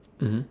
mmhmm